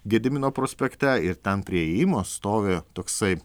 gedimino prospekte ir ten prie įėjimo stovi toksai